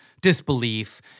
Disbelief